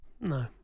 No